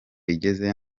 igeze